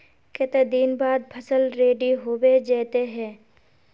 केते दिन बाद फसल रेडी होबे जयते है?